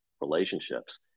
relationships